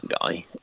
guy